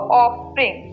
offspring